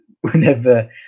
Whenever